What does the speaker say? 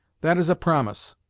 that is a promise,